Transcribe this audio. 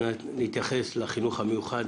נתייחס לחינוך המיוחד.